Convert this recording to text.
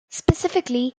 specifically